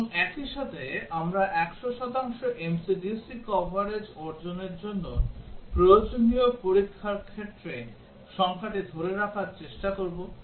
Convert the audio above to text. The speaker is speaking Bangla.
এবং একই সাথে আমরা 100 শতাংশ MCDC কভারেজ অর্জনের জন্য প্রয়োজনীয় পরীক্ষার ক্ষেত্রে সংখ্যাটি ধরে রাখার চেষ্টা করব